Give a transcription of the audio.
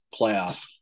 playoff